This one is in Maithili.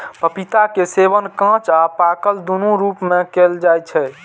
पपीता के सेवन कांच आ पाकल, दुनू रूप मे कैल जाइ छै